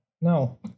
no